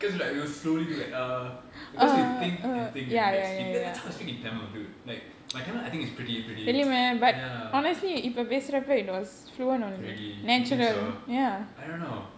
cause like we will slowly do like uh because we think and think and like speak that that's how I speak in tamil dude like my tamil I think is pretty pretty ya really you think so I don't know